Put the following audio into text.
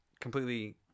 completely